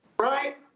Right